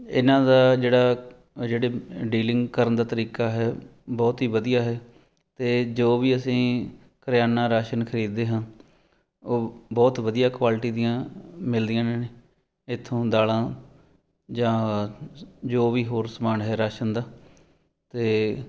ਇਹਨਾਂ ਦਾ ਜਿਹੜਾ ਜਿਹੜੇ ਡੀਲਿੰਗ ਕਰਨ ਦਾ ਤਰੀਕਾ ਹੈ ਬਹੁਤ ਹੀ ਵਧੀਆ ਹੈ ਅਤੇ ਜੋ ਵੀ ਅਸੀਂ ਕਰਿਆਨਾ ਰਾਸ਼ਨ ਖਰੀਦਦੇ ਹਾਂ ਉਹ ਬਹੁਤ ਵਧੀਆ ਕੁਆਲਿਟੀ ਦੀਆਂ ਮਿਲਦੀਆਂ ਨੇ ਇੱਥੋਂ ਦਾਲਾਂ ਜਾਂ ਜੋ ਵੀ ਹੋਰ ਸਮਾਨ ਹੈ ਰਾਸ਼ਨ ਦਾ ਅਤੇ